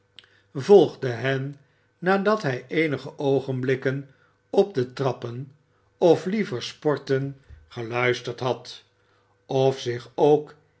volgde hen nadat hij eenige oogenblikken op de trappen of liever sporten geluisterd had of zich ook